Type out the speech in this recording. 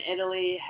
Italy